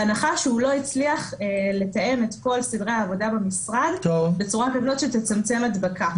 בהנחה שהוא לא הצליח לתאם את כל סדרי העבודה במשרד בצורה שתצמצם הדבקה.